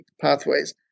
pathways